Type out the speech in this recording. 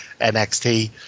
NXT